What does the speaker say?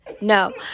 No